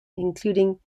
including